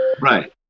Right